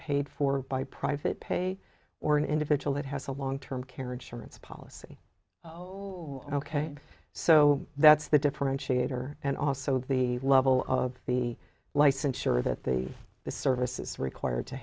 paid for by private pay or an individual that has a long term care insurance policy ok so that's the differentiator and also the level of the license sure that the the service is required to